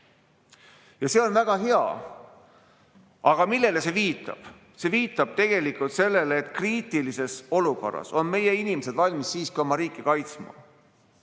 See on väga hea. Millele see viitab? See viitab tegelikult sellele, et kriitilises olukorras on meie inimesed valmis siiski oma riiki kaitsma.